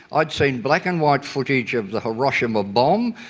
i'd seen black-and-white footage of the hiroshima bomb,